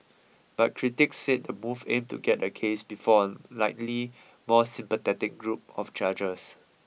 but critics said the move aimed to get the case before a likely more sympathetic group of judges